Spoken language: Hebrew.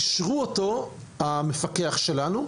אישרו אותו המפקח שלנו.